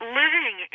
living